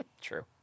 True